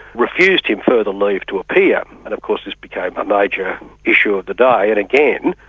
refused him further leave to appear, and of course this became a major issue of the day, and again,